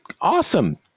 Awesome